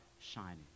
shining